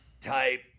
type